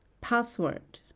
password.